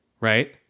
right